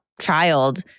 child